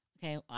Okay